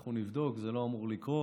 אנחנו נבדוק, זה לא אמור לקרות.